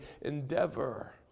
endeavor